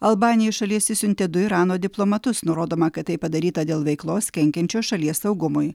albanija iš šalies išsiuntė du irano diplomatus nurodoma kad tai padaryta dėl veiklos kenkiančios šalies saugumui